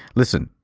listen.